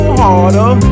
harder